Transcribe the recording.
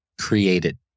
created